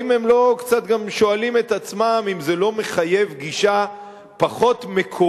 האם הם לא קצת גם שואלים את עצמם אם זה לא מחייב גישה פחות מקורית,